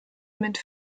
mit